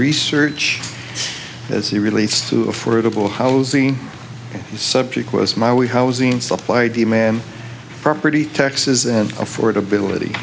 research as he relates to affordable housing and the subject was my we housing supply demand property taxes and affordability